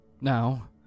Now